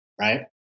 right